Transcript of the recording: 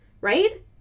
right